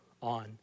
on